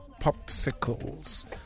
popsicles